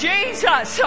Jesus